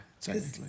technically